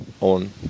on